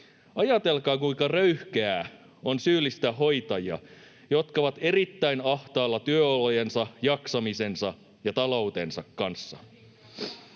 Ajatelkaa, kuinka röyhkeää on syyllistää hoitajia, jotka ovat erittäin ahtaalla työolojensa, jaksamisensa ja taloutensa kanssa.